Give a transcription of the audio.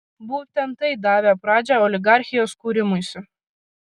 būtent tai davė pradžią oligarchijos kūrimuisi